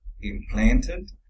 implanted